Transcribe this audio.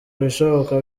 ibishoboka